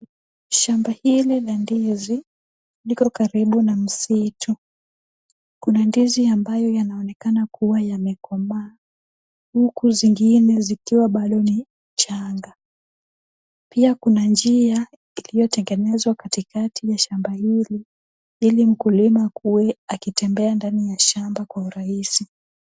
Shamba hili la ndizi liko karibu na msitu. Kuna ndizi ambayo yanaonekana kuwa yamekomaa huku zingine zikiwa bado ni changa. Pia kuna njia iliyotengenezwa katikati ya shamba hili ili mkulima akuwe akitembea ndani ya shamba kwa urahisi.